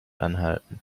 anhalten